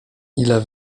ile